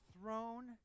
throne